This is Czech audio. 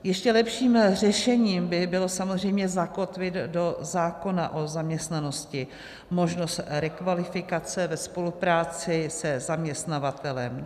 Ještě lepším řešením by bylo samozřejmě zakotvit do zákona o zaměstnanosti možnost rekvalifikace ve spolupráci se zaměstnavatelem.